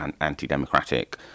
anti-democratic